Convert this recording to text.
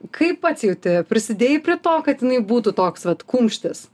kaip pats jauti prisidėjai prie to kad jinai būtų toks vat kumštis